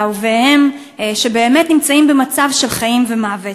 לאהוביהם, שבאמת נמצאים במצב של חיים ומוות.